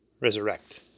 resurrect